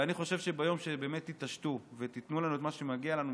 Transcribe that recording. ואני חושב שביום שבאמת תתעשתו ותיתנו לנו את מה שמגיע לנו,